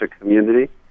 community